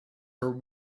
her